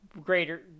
greater